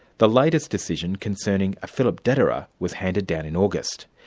the latest decision concerning a philip dederer was handed down in august.